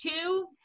two